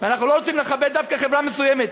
ואנחנו לא רוצים לכבד דווקא חברה מסוימת.